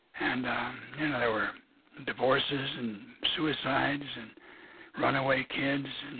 and there were divorces, and suicides, and runaway kids, and